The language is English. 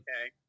okay